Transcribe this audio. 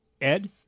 Ed